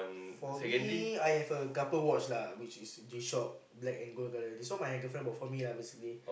for me I have a couple watch lah which is G shock black and gold colour so my girlfriend lah basically